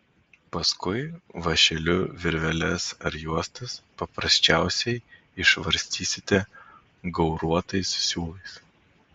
paskui vąšeliu virveles ar juostas paprasčiausiai išvarstysite gauruotais siūlais